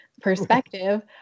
perspective